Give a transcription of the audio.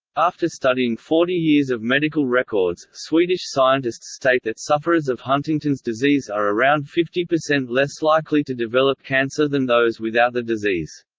after studying forty years of medical records, swedish scientists state that sufferers of huntington's disease are around fifty percent less likely to develop cancer than those without the disease.